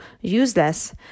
useless